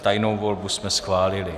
Tajnou volbu jsme schválili.